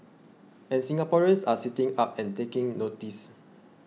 and Singaporeans are sitting up and taking notice